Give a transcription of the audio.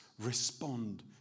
respond